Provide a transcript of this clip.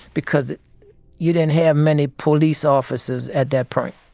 because you didn't have many police officers at that point